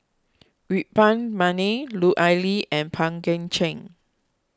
Yuen Peng McNeice Lut Ali and Pang Guek Cheng